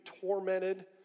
tormented